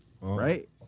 right